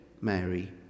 Mary